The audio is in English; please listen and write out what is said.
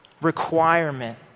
requirement